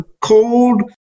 cold